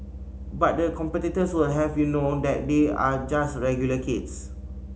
but the competitors will have you know that they are just regular kids